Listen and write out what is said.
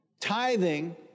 Tithing